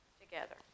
together